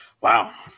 Wow